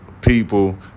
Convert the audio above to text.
people